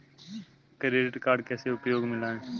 Credit card कैसे उपयोग में लाएँ?